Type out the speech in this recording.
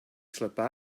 slipped